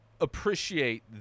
appreciate